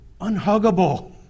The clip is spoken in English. unhuggable